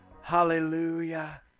Hallelujah